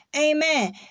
Amen